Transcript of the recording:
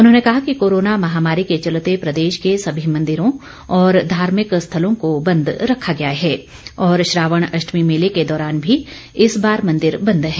उन्होंने कहा कि कोरोना महामारी के चलते प्रदेश के सभी मंदिरों और धार्मिक स्थलों को बंद रखा गया है और श्रावण अष्टमी मेले के दौरान भी इस बार मंदिर बंद है